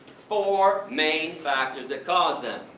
four main factors that cause them.